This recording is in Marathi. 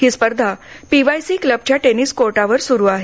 ही स्पर्धा पीवायसी क्लबच्या टेनिस कोर्टवर सुरु आहे